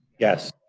yes.